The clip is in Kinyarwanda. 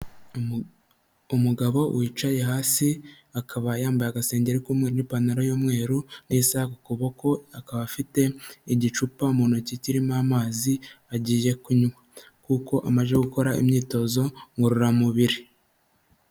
Umugabo wicaye hasi, akaba yambaye agasengenge k'umweru n'ipantaro y'umweru n'isaha ku kuboko, akaba afite igicupa mu ntoki kirimo amazi, agiye kunywa kuko amaze gukora imyitozo ngororamubiri.